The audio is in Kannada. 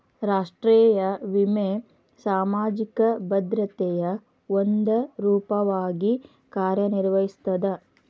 ರಾಷ್ಟ್ರೇಯ ವಿಮೆ ಸಾಮಾಜಿಕ ಭದ್ರತೆಯ ಒಂದ ರೂಪವಾಗಿ ಕಾರ್ಯನಿರ್ವಹಿಸ್ತದ